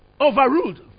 Overruled